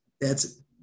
thats